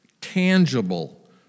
Tangible